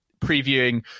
previewing